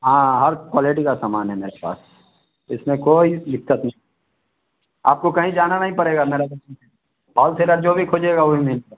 हाँ हर क्वालेटी का सामान है मेरे पास इसमें कोई दिक्कत नहीं आपको कहीं जाना नहीं पड़ेगा मेरा होलसेलर जो भी खोजेगा ओ ही मिलेगा